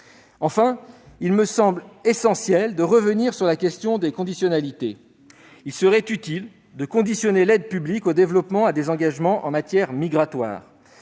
Enfin, il est essentiel de revenir sur la question des conditionnalités. Il serait inutile de conditionner l'aide publique au développement à des engagements en matière migratoire.